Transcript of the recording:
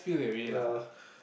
ya